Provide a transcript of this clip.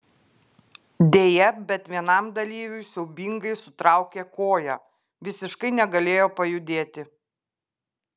deja bet vienam dalyviui siaubingai sutraukė koją visiškai negalėjo pajudėti